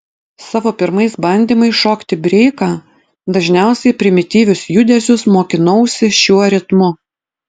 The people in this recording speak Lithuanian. savo pirmais bandymais šokti breiką dažniausiai primityvius judesius mokinausi šiuo ritmu